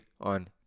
on